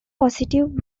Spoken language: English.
positive